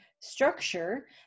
structure